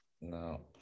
No